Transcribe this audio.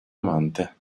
amante